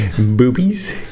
boobies